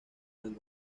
buen